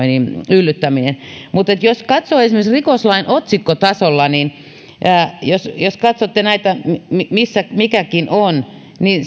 yllyttäminen mutta jos katsoo esimerkiksi rikoslakia otsikkotasolla jos jos katsotte missä mikäkin on niin